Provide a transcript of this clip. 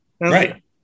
Right